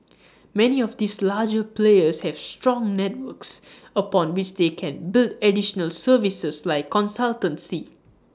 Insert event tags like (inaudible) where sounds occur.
(noise) many of these larger players have strong networks upon which they can build additional services like consultancy